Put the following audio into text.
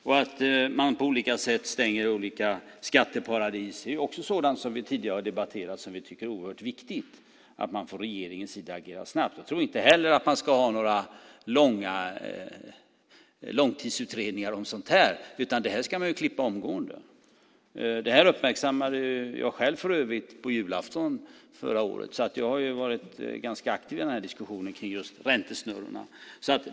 Och att man på olika sätt stänger olika skatteparadis är ju också sådant som vi tidigare har debatterat, och där tycker vi att det är oerhört viktigt att man från regeringens sida agerar snabbt. Jag tror inte heller att man ska ha några långtidsutredningar om sådant här, utan detta ska man ju klippa omgående. Det här uppmärksammade jag själv för övrigt på julafton förra året, så jag har varit ganska aktiv i diskussionen kring just räntesnurrorna.